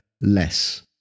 less